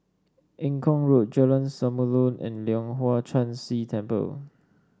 Eng Kong Road Jalan Samulun and Leong Hwa Chan Si Temple